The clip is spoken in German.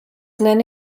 nenne